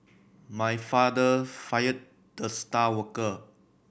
my father fired the star worker